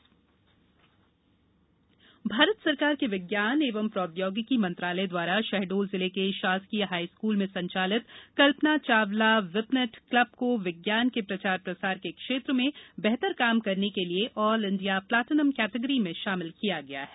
प्रौद्योगिकी मंत्रालय भारत सरकार के विज्ञान एवं प्रौद्योगिकी मंत्रालय द्वारा शहडोल जिले के शासकीय हाई स्कूल में संचालित कल्पना चावला विपनेट क्लब को विज्ञान के प्रचार प्रसार के क्षेत्र में बेहतर काम करने के लिये ऑल इंडिया प्लेटिनम केटेगिरी में शामील किया गया है